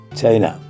China